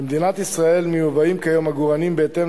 במדינת ישראל מיובאים כיום עגורנים בהתאם